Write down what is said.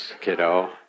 kiddo